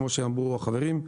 כמו שאמרו החברים,